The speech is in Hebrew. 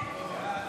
הודעת